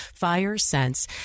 Firesense